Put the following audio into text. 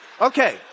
Okay